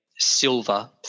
silver